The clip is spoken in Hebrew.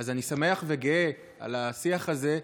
אז אני שמח וגאה על השיח הזה,